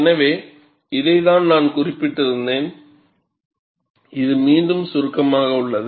எனவே இதை நான் குறிப்பிட்டுள்ளேன் இது மீண்டும் சுருக்கமாக உள்ளது